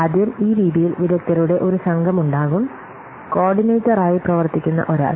ആദ്യം ഈ രീതിയിൽ വിദഗ്ദ്ധരുടെ ഒരു സംഘം ഉണ്ടാകും കോർഡിനേറ്ററായി പ്രവർത്തിക്കുന്ന ഒരാൾ